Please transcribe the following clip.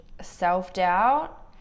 self-doubt